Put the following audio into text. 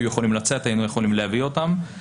יכולים לצאת היינו יכולים להביא אותם.